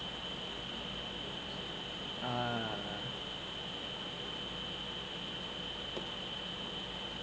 ah